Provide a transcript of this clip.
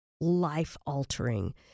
life-altering